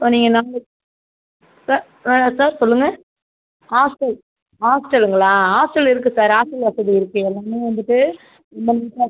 சொன்னிங்கன்னா வந்து சார் ஆ சார் சொல்லுங்கள் ஹாஸ்டல் ஹாஸ்டலுங்களா ஹாஸ்டல் இருக்கு சார் ஹாஸ்டல் வசதி இருக்கு எல்லாமே வந்துவிட்டு